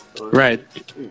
Right